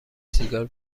سیگار